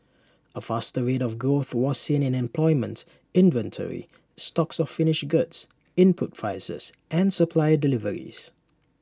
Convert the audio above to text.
A faster rate of growth was seen in employment inventory stocks of finished goods input prices and supplier deliveries